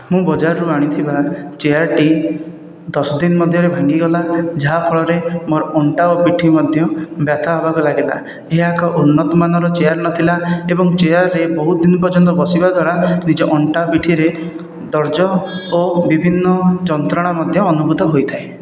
ମୁଁ ବଜାରରୁ ଆଣିଥିବା ଚେୟାର୍ଟି ଦଶ ଦିନ ମଧ୍ୟରେ ଭାଙ୍ଗିଗଲା ଯାହା ଫଳରେ ମୋର ଅଣ୍ଟା ଆଉ ପିଠି ମଧ୍ୟ ବ୍ୟଥା ହେବାକୁ ଲାଗିଲା ଏହା ଏକ ଉନ୍ନତ ମାନର ଚେୟାର୍ ନଥିଲା ଏବଂ ଚେୟାର୍ରେ ବହୁତ ଦିନ ପର୍ଯ୍ୟନ୍ତ ବସିବା ଦ୍ଵାରା ନିଜ ଅଣ୍ଟା ପିଠିରେ ଦରଜ ଓ ବିଭିନ୍ନ ଯନ୍ତ୍ରଣା ମଧ୍ୟ ଅନୁଭୂତ ହୋଇଥାଏ